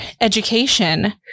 education